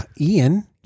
ian